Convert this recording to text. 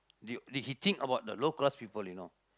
they did he think about the low class people you know